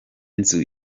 nzu